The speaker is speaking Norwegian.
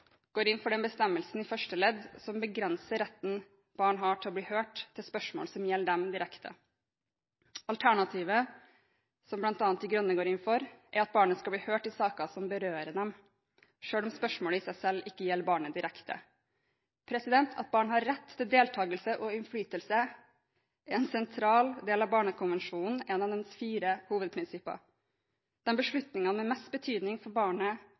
går inn for den bestemmelsen i første ledd som begrenser retten barn har til å bli hørt, til spørsmål som gjelder dem direkte. Alternativet, som bl.a. Miljøpartiet De Grønne går inn for, er at barnet skal bli hørt i saker som berører det, selv om spørsmålet i seg selv ikke gjelder barnet direkte. At barn har rett til deltakelse og innflytelse, er en sentral del av Barnekonvensjonen og en av dens fire hovedprinsipper. Beslutningene med mest betydning for barnet